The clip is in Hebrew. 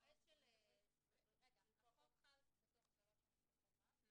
המקומות --- החוק חל בתוך שלוש שנים כחובה אבל